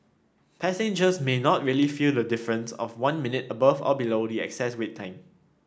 passengers may not really feel the difference of one minute above or below the excess wait time